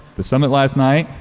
the summit last night?